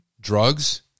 drugs